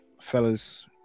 fellas